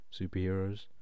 superheroes